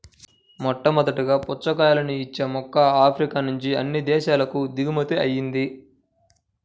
మొట్టమొదటగా పుచ్చకాయలను ఇచ్చే మొక్క ఆఫ్రికా నుంచి అన్ని దేశాలకు దిగుమతి అయ్యింది